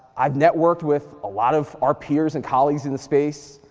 i've networked with a lot of our peers and colleagues in this space.